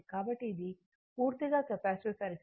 కాబట్టి ఇది పూర్తిగా కెపాసిటివ్ సర్క్యూట్